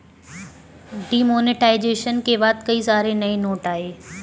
demonetisation के बाद कई सारे नए नोट आये